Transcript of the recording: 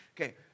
Okay